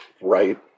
Right